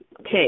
okay